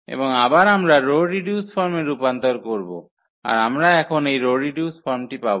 এবং আবার আমরা রো রিডিউসড ফর্মে রূপান্তর করব আর আমরা এখন এই রো রিডিউস ফর্মটি পাব